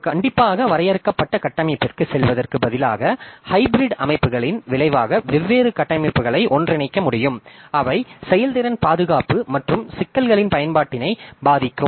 ஒரு கண்டிப்பாக வரையறுக்கப்பட்ட கட்டமைப்பிற்குச் செல்வதற்குப் பதிலாக ஹைபிரிட் அமைப்புகளின் விளைவாக வெவ்வேறு கட்டமைப்புகளை ஒன்றிணைக்க முடியும் அவை செயல்திறன் பாதுகாப்பு மற்றும் சிக்கல்களின் பயன்பாட்டினை பாதிக்கும்